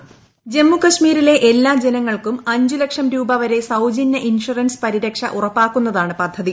voice ജമ്മുകശ്മീരിലെ എല്ലാ ജനങ്ങൾക്കും അഞ്ചുലക്ഷം രൂപവരെ സൌജന്യ ഇൻഷുറൻസ് പരിരക്ഷ ഉറപ്പാക്കുന്നതാണ് പദ്ധതി